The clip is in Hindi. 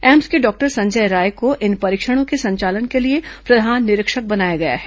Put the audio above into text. एम्स के डॉक्टर संजय राय को इन परीक्षणों के संचालन के लिए प्रधान निरीक्षक बनाया गया है